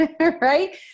right